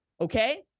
Okay